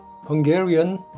Hungarian